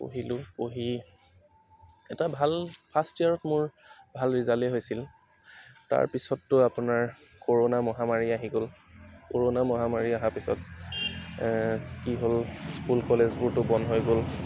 পঢ়িলো পঢ়ি এটা ভাল ফাৰ্ষ্ট ইয়াৰত মোৰ ভাল ৰিজাল্টেই হৈছিল তাৰপিছততো আপোনাৰ ক'ৰণা মহামাৰী আহি গ'ল ক'ৰণা মহামাৰী আহা পিছত কি হ'ল স্কুল কলেজবোৰটো বন্ধ হৈ গ'ল